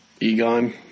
Egon